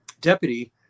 deputy